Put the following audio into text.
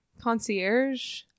Concierge